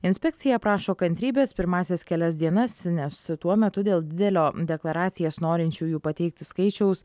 inspekcija prašo kantrybės pirmąsias kelias dienas nes tuo metu dėl didelio deklaracijas norinčiųjų pateikti skaičiaus